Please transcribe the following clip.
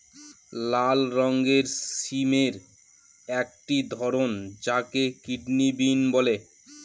লাল রঙের সিমের একটি ধরন যাকে কিডনি বিন বলে